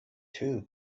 two